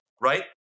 right